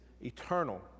eternal